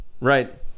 right